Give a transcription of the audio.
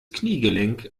kniegelenk